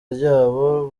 ryabo